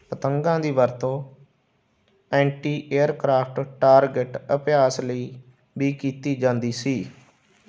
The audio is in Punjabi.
ਪਤੰਗਾਂ ਦੀ ਵਰਤੋਂ ਐਂਟੀ ਏਅਰਕ੍ਰਾਫਟ ਟਾਰਗੇਟ ਅਭਿਆਸ ਲਈ ਵੀ ਕੀਤੀ ਜਾਂਦੀ ਸੀ